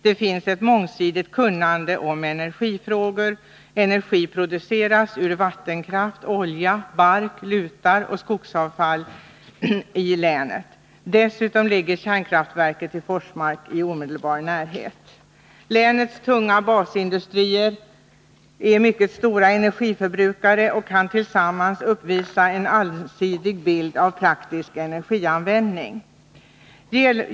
Där finns ett mångsidigt kunnande om energifrågor. I länet produceras energi ur vattenkraft, olja, bark, lutar och skogsavfall. Dessutom ligger kärnkraftverket i Forsmark i närheten. Länets tunga basindustrier är mycket stora energiförbrukare och kan tillsammans uppvisa en allsidig bild av praktisk energianvändning.